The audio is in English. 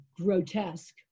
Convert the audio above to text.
grotesque